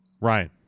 Ryan